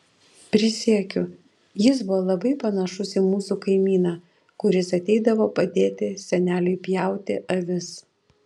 prisiekiu jis buvo labai panašus į mūsų kaimyną kuris ateidavo padėti seneliui pjauti avis